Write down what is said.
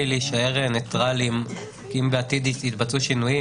הרצון להישאר ניטרליים כי אם בעתיד יהיו שינויים,